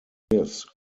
this